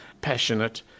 passionate